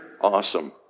Awesome